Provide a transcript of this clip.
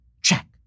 check